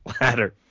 ladder